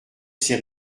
ces